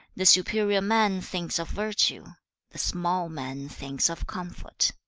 the superior man thinks of virtue the small man thinks of comfort.